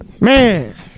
Man